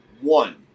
One